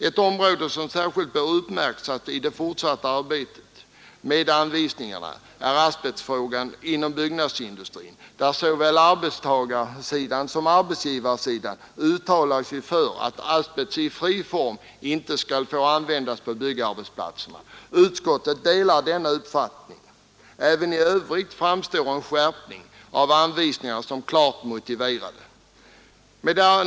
Ett område som särskilt bör uppmärksammas i det fortsatta arbetet med anvisningarna är asbestfrågan inom byggnadsindustrin, där såväl arbetstagarsidan som arbetsgivarsidan uttalat sig för att asbest i fri form inte skall få användas på byggarbetsplatser. Utskottet delar denna uppfattning. Även i övrigt framstår en skärpning av anvisningarna som klart motiverad.